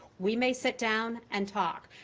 we may sit down and talk.